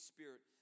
Spirit